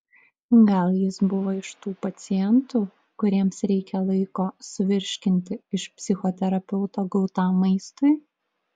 gal jis buvo iš tų pacientų kuriems reikia laiko suvirškinti iš psichoterapeuto gautam maistui